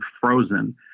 frozen